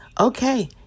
Okay